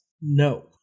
No